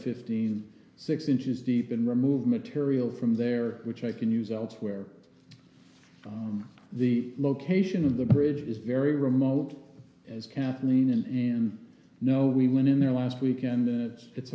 fifteen six inches deep and remove material from there which i can use elsewhere the location of the bridge is very remote as kathleen and know we went in there last weekend it's